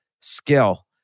skill